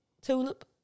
tulip